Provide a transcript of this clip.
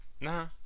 Nah